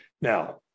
Now